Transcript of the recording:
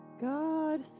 God